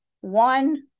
one